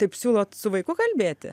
taip siūlot su vaiku kalbėti